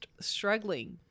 struggling